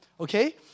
okay